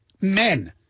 men